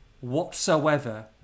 whatsoever